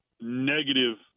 negative